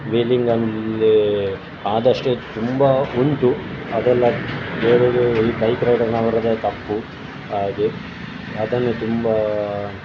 ವೀಲಿಂಗಲ್ಲಿ ಆದಷ್ಟು ತುಂಬ ಉಂಟು ಅದೆಲ್ಲ ಹೇಳುವುದು ಈ ಬೈಕ್ ರೈಡರಿನವರದ್ದೇ ತಪ್ಪು ಹಾಗೇ ಅದನ್ನು ತುಂಬ